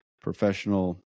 professional